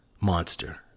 monster